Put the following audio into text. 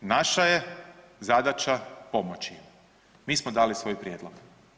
Naša je zadaća pomoći im, mi smo dali svoj prijedlog.